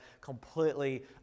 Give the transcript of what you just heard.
completely